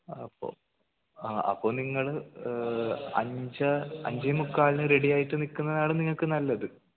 അപ്പോൾ ആ അപ്പോൾ നിങ്ങൾ അഞ്ച് അഞ്ചേമുക്കാലിന് റെഡി ആയിട്ട് നിൽക്കുന്നത് ആണ് നിങ്ങൾക്ക് നല്ലത്